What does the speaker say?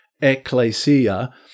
ecclesia